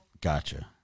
Gotcha